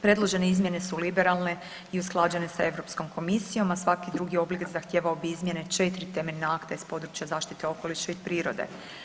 Predložene izmjene su liberalne i usklađene sa Europskom komisijom, a svaki drugi oblik zahtijevao bi izmjene 4 temeljna akta iz područja zaštite okoliša i prirode.